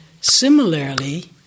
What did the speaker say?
similarly